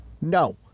no